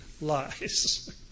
lies